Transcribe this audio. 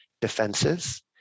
defenses